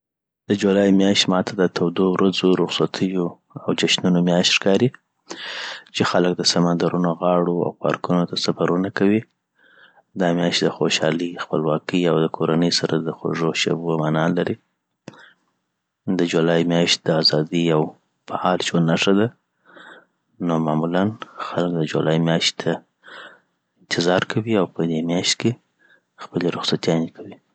د جولای میاشت ماته د تودو ورځو، رخصتیو او جشنونو میاشت ښکاري چی خلک د سمندرونو غاړو، او پارکونو ته سفرونه کوي دا میاشت د خوشحالۍ، خپلواکۍ او د کورنۍ سره د خوږو شیبو مانا لري. د جولای میاشت د ازادۍ او فعال ژوند نښه ده نو معمولا خلک د جولای میاشتی ته انتظار کوی او پدی میاشت کی خپلی رخصتیاني کوی.